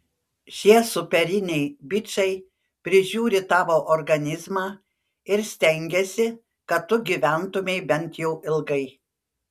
šie superiniai bičai prižiūri tavo organizmą ir stengiasi kad tu gyventumei bent jau ilgai